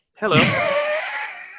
hello